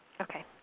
Okay